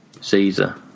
Caesar